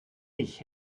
ich